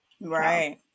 Right